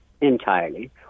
entirely